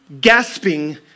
gasping